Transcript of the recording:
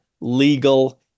legal